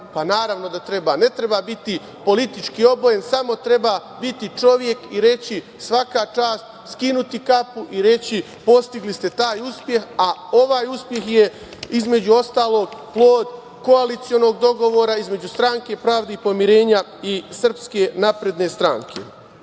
Naravno da treba. Ne treba biti politički obojen, samo treba biti čovek i reći – svaka čast, skinuti kapu i reći – postigli ste taj uspeh, a ovaj uspeh je, između ostalog, plod koalicionog dogovora između Stranke pravde i pomirenja i SNS.To piše u